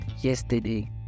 yesterday